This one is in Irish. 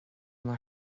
mar